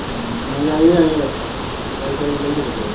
ꯎꯝ ꯑꯣ ꯌꯥꯏꯌꯦ ꯌꯥꯏꯌꯦ ꯀꯔꯤ ꯀꯔꯤ ꯂꯩꯒꯗꯒꯦ